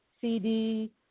CD